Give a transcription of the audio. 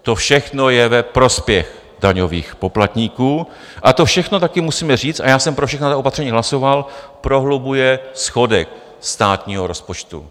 To všechno je ve prospěch daňových poplatníků a to všechno, taky musíme říct a já jsem pro všechna ta opatření hlasoval prohlubuje schodek státního rozpočtu.